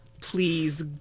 Please